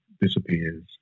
disappears